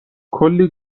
کلی